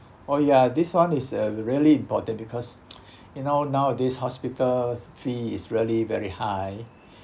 oh ya this one is uh really important because you know nowadays hospital fee is really very high